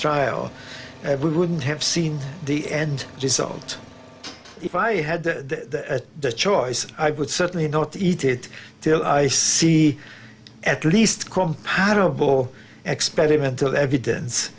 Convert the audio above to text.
trial we wouldn't have seen the end result if i had the choice i would certainly not eat it till i see at least compatible experimental evidence